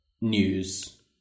news